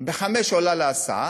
ב-05:00 עולה להסעה,